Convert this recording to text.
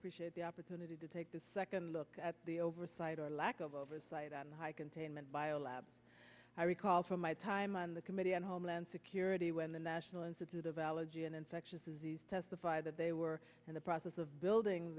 appreciate the opportunity to take this second look at the oversight or lack of oversight on the high containment bio lab i recall from my time on the committee on homeland security when the national institute of allergy and infectious disease testified that they were in the process of building